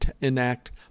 enact